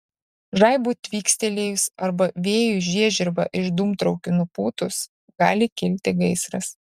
žaibui tvykstelėjus arba vėjui žiežirbą iš dūmtraukių nupūtus gali kilti gaisras